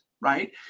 right